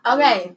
Okay